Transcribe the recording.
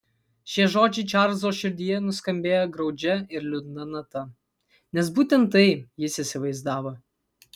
šie žodžiai čarlzo širdyje nuskambėjo graudžia ir liūdna nata nes būtent tai jis įsivaizdavo